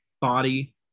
body